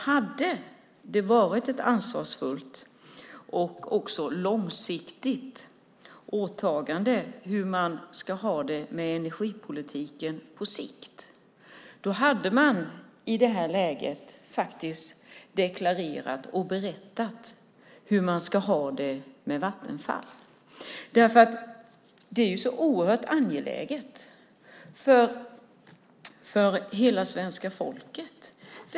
Hade det varit ett ansvarsfullt och långsiktigt åtagande när det gäller hur man ska ha det med energipolitiken på sikt hade man i det här läget deklarerat och berättat hur man ska ha det med Vattenfall. Det är ju så oerhört angeläget för hela svenska folket.